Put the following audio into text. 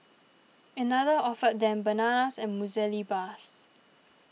another offered them bananas and muesli bars